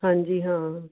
ਹਾਂਜੀ ਹਾਂ